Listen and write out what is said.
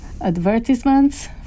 advertisements